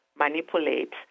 Manipulate